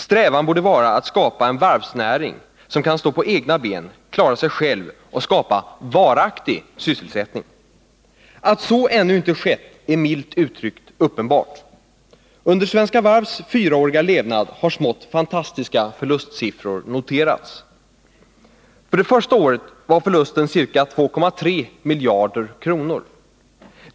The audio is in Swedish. Strävan borde vara att skapa en varvsnäring som kan stå på egna ben, klara sig själv och skapa varaktig sysselsättning. Att så ännu inte skett är — milt uttryckt — uppenbart. Under Svenska Varvs fyraåriga levnad har smått fantastiska förlustsiffror noterats. För det första året var förlusten ca 2,3 miljarder kronor.